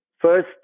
First